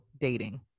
dating